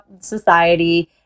society